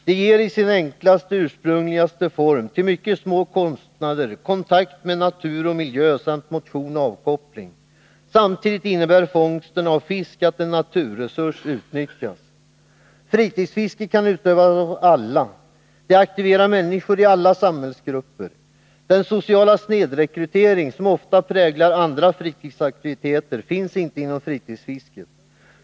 Det ger i sin enklaste och ursprungligaste form till mycket små kostnader kontakt med natur och mijö samt motion och avkoppling. Samtidigt innebär fångsten av fisk att en naturresurs utnyttjas. Fritidsfisket kan utövas av alla. Det aktiverar människor i alla samhällsgrupper. Den sociala snedrekrytering som ofta präglar andra fritidsaktiviteter finns inte inom fritidsfisket.